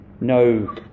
No